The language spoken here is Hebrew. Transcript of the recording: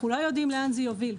כולם יודעים לאן זה יוביל.